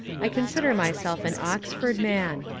i consider myself an oxford man.